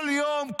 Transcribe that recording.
"כל יום,